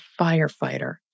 firefighter